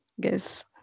guess